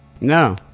No